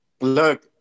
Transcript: Look